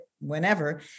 whenever